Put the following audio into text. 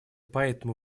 поэтому